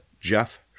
Jeff